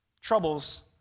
Troubles